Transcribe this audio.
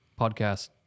podcast